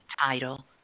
title